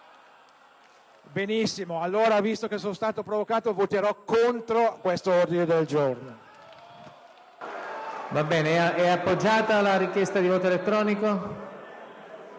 Benissimo, allora, visto che sono stato provocato, voterò contro questo ordine del giorno.